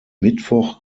mittwoch